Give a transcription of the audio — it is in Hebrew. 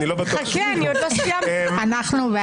אני לא בטוח --- אנחנו בעדו.